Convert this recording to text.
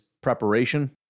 preparation